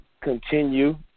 continue